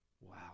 Wow